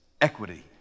equity